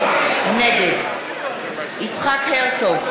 נגד יצחק הרצוג,